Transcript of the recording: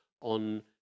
on